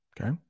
okay